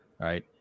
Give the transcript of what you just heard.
Right